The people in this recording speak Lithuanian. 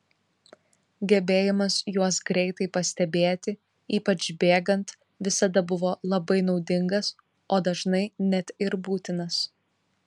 gebėjimas juos greitai pastebėti ypač bėgant visada buvo labai naudingas o dažnai net ir būtinas